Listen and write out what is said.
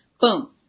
boom